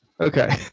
Okay